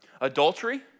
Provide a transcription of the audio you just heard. adultery